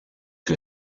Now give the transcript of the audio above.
que